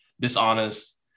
dishonest